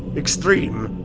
extreme!